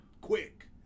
Quick